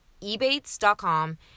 ebates.com